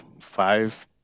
five